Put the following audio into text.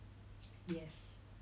slightly lah slightly 而已